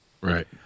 Right